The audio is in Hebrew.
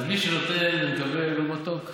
אז מי שנותן ומקבל הוא מתוק,